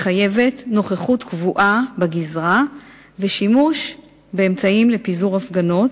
מחייבת נוכחות קבועה בגזרה ושימוש באמצעים לפיזור הפגנות,